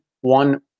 one